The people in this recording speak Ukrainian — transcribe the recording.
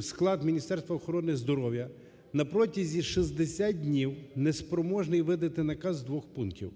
склад Міністерства охорони здоров'я на протязі 60 днів не спроможний видати наказ з двох пунктів.